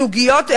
השר הפריע לה.